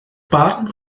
barn